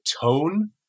tone